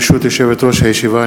ברשות יושבת-ראש הישיבה,